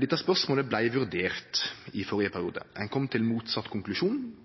Dette spørsmålet blei vurdert i førre